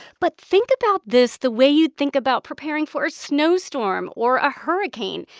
but think about this the way you think about preparing for a snowstorm or a hurricane.